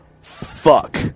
fuck